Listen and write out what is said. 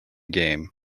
game